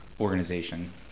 organization